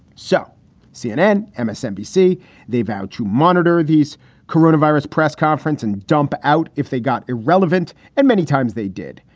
so cnn, and msnbc, they vowed to monitor these corona virus press conference and dump out if they got irrelevant. and many times they did.